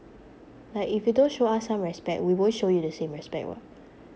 like if you don't show us some respect we won't show you the same respect [what]